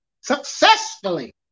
successfully